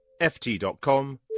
ft.com